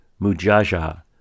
Mujaja